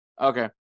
Okay